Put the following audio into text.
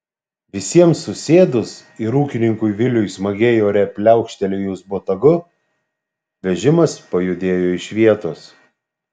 visiems susėdus ir ūkininkui viliui smagiai ore pliaukštelėjus botagu vežimas pajudėjo iš vietos